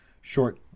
short